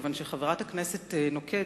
מכיוון שחברת הכנסת נוקד,